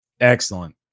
Excellent